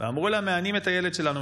ואמרו לה: מענים את הילד שלנו.